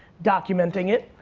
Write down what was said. documenting it,